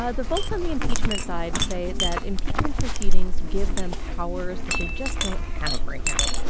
ah the folks on the impeachment side say that impeachment proceedings give them powers that they just don't have right now.